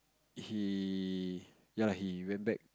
he ya lah he went back